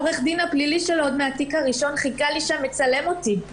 עורך הדין הפלילי שלו עוד מהתיק הראשון חיכה לי שם לצלם אותי.